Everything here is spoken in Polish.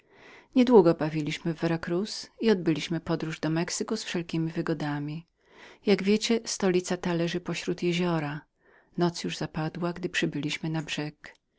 długo bawiliśmy w vera cruz i odbyliśmy podróż do mexyku z wszelkiemi wygodami jak wiecie stolica ta leży pośród jeziora noc już była zapadła gdy przybyliśmy na brzeg